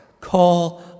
call